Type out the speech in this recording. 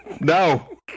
no